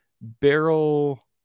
Barrel